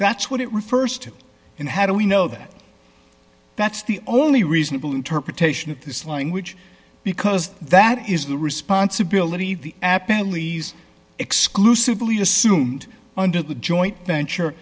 that's what it refers to and how do we know that that's the only reasonable interpretation of this language because that is the responsibility the app ellie's exclusively assumed under the joint venture